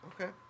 Okay